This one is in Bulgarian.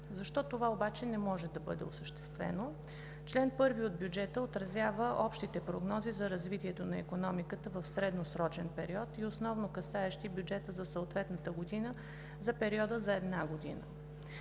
Защо това не може да бъде осъществено? Член 1 от бюджета отразява общите прогнози за развитието на икономиката в средносрочен период и основно касаещи бюджета за съответната година за периода за една година.